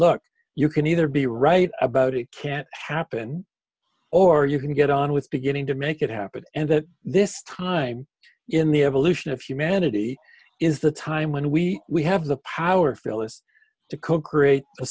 look you can either be right about it can't happen or you can get on with beginning to make it happen and that this time in the evolution of humanity is the time when we we have the power fearless to co create a